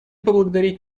поблагодарить